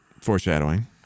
Foreshadowing